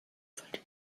footage